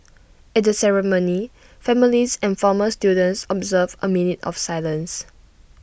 at the ceremony families and former students observed A minute of silence